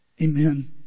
Amen